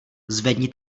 zvedni